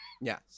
yes